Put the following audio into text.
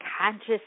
conscious